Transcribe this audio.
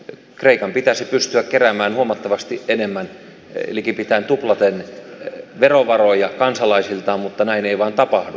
kreikan pitäisi pystyä keräämään huomattavasti enemmän eli likipitäen tuplaten verovaroja kansalaisilta mutta näin ei vain tapahdu